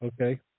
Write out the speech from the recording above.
okay